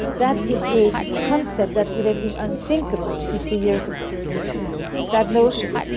that is a concept that would have been unthinkable fifty years ago that notion,